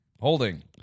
holding